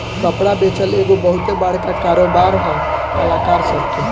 कपड़ा बेचल एगो बहुते बड़का कारोबार है कलाकार सभ के